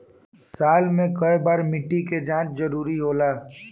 साल में केय बार मिट्टी के जाँच जरूरी होला?